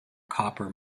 copper